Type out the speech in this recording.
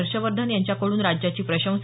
हर्षवर्धन यांच्याकडून राज्याची प्रशंसा